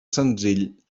senzill